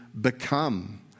become